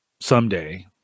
someday